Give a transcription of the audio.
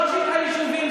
ושלושת היישובים,